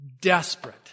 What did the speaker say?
desperate